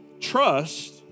Trust